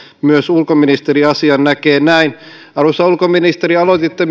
myös ulkoministeri näkee asian näin arvoisa ulkoministeri aloititte